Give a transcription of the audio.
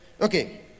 Okay